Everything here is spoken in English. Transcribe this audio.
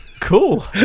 Cool